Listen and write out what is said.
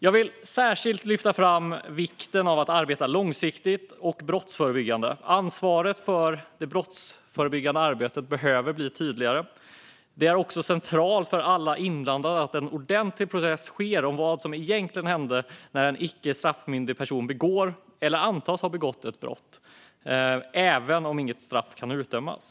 Jag vill särskilt lyfta fram vikten av att arbeta långsiktigt och brottsförebyggande. Ansvaret för det brottsförebyggande arbetet behöver bli tydligare. Det är också centralt för alla inblandade att en ordentlig process ska ske om vad som egentligen händer när en icke straffmyndig person begår eller antas ha begått ett brott, även om inget straff kan utdömas.